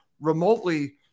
remotely